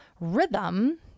rhythm